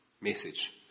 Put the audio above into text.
message